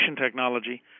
technology